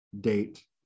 date